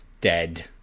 dead